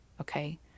Okay